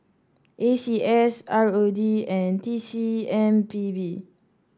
A C S R O D and T C M P B